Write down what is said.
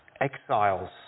exiles